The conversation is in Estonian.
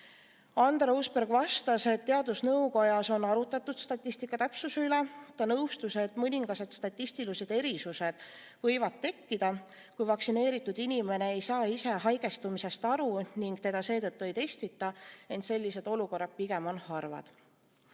Andero Uusberg vastas, et teadusnõukojas on arutatud statistika täpsuse üle. Ta nõustus, et mõningad statistilised erisused võivad tekkida, kui vaktsineeritud inimene ei saa ise haigestumisest aru ning teda seetõttu ei testita, ent sellised olukorrad on pigem harvad.